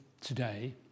today